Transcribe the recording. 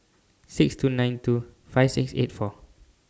six two nine two five six eight four